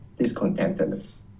discontentedness